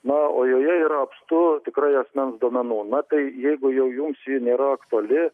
na o joje yra apstu tikrai asmens duomenų na tai jeigu jau jums ji nėra aktuali